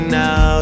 now